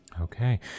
Okay